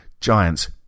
Giants